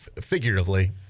figuratively